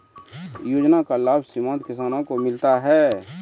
योजना का लाभ सीमांत किसानों को मिलता हैं?